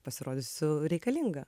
pasirodysiu reikalinga